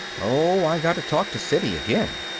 oh, i got to talk to siddy again,